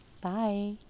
Bye